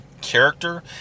character